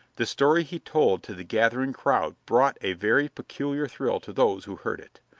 the story he told to the gathering crowd brought a very peculiar thrill to those who heard it.